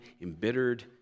embittered